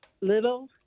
little